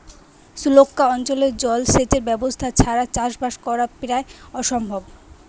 সুক্লা অঞ্চলে জল সেচের ব্যবস্থা ছাড়া চাষবাস করা প্রায় অসম্ভব